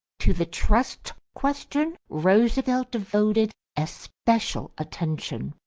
to the trust question, roosevelt devoted especial attention.